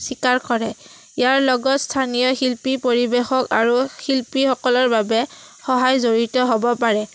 স্বীকাৰ কৰে ইয়াৰ লগত স্থানীয় শিল্পী পৰিৱেশক আৰু শিল্পীসকলৰ বাবে সহায় জড়িত হ'ব পাৰে